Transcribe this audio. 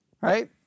right